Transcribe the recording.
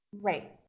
Right